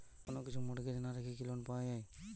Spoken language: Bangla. কোন কিছু মর্টগেজ না রেখে কি লোন পাওয়া য়ায়?